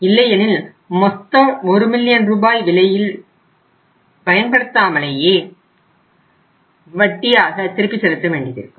இல்லையெனில் மொத்த ஒரு மில்லியன் ரூபாய்க்கு பயன்படுத்தாமலேயே வட்டியாக திருப்பி செலுத்த வேண்டியிருக்கும்